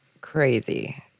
crazy